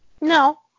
No